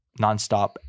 nonstop